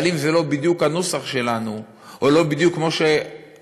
אבל אם זה לא בדיוק הנוסח שלנו או לא בדיוק כמו שאתה,